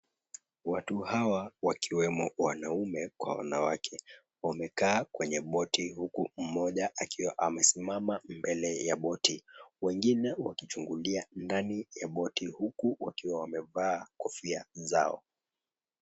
Watu hawa wakiwemo wanaume kwa wanawake wamekaa kwenye boti huku mmoja akiwa amesimama mbele ya boti wengine wakichungulia ndani ya boti huku wakiwa wamevaa kofia zao.